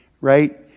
Right